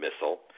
missile